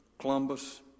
Columbus